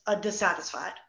dissatisfied